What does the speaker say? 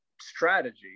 strategy